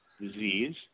disease